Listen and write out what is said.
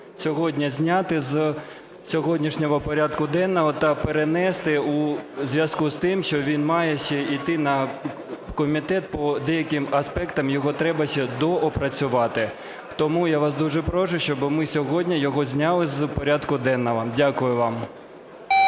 сьогодні зняти з сьогоднішнього порядку денного та перенести у зв'язку з тим, що він має ще іти на комітет, по деяким аспектам його треба ще доопрацювати. Тому я вас дуже прошу, щоб ми сьогодні його зняли з порядку денного. Дякую вам.